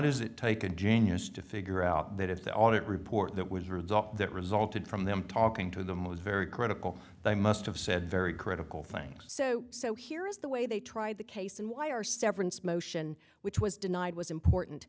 does it take a genius to figure out that if the audit report that was a result that resulted from them talking to them was very credible they must have said very critical thanks so so here is the way they tried the case and why our severance motion which was denied was important